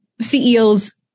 CEOs